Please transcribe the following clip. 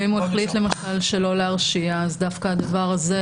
ואם הוא החליט שלא להרשיע אז זה דווקא כן נרשם